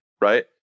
right